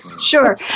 Sure